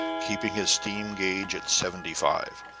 keeping his steam-gage at seventy five.